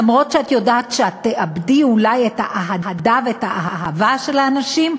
למרות שאת יודעת שתאבדי אולי את האהדה והאהבה של האנשים,